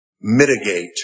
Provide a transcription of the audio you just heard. mitigate